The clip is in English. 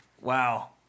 Wow